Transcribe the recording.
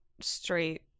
straight